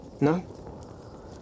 No